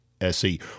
SE